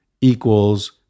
equals